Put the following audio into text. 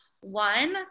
One